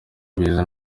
bizana